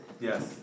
Yes